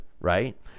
right